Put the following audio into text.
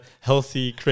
healthy